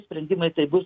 sprendimai taip bus